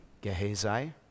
Gehazi